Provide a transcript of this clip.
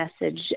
message